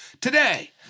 today